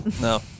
No